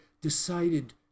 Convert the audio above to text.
decided